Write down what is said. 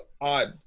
odd